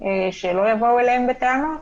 שלא יבואו אליהם בטענות